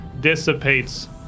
dissipates